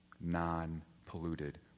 non-polluted